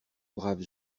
braves